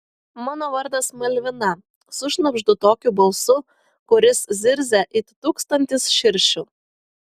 mano vardas malvina sušnabždu tokiu balsu kuris zirzia it tūkstantis širšių